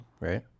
right